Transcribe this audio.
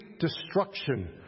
destruction